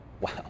Wow